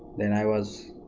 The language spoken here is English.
then i was